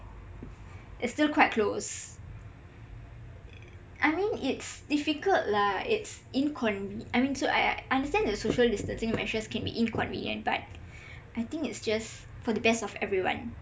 it's still quite close I mean it's difficult lah it's inconv~ I mean so I understand that social distancing measures can be incovenient but I think it's just for the best of everyone